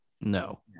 No